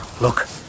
look